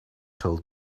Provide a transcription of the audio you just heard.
told